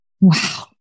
Wow